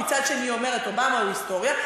מצד שני היא אומרת שאובמה הוא היסטוריה,